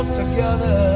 together